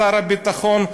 שר הביטחון,